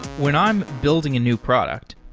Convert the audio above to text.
when i'm building a new product,